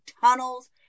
tunnels